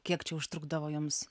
kiek čia užtrukdavo jums